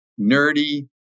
nerdy